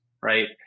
right